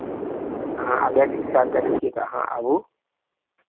अहाँ आबयके इच्छा करै छियै तऽ अहाँ आबू